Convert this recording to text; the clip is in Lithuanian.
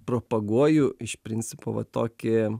propaguoju iš principo va tokį